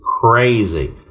crazy